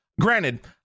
Granted